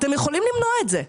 אתם יכולים למנוע את זה.